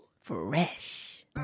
Fresh